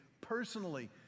personally